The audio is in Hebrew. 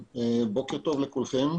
בוקר טוב לכולכם.